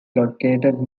located